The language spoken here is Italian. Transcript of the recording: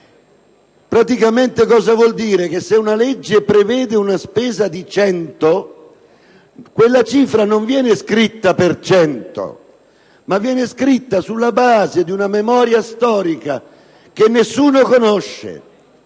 praticamente vuol dire che se una legge prevede un spesa di 100, quella spesa non viene iscritta per 100, ma viene iscritta sulla base di una memoria storica che nessuno conosce,